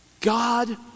God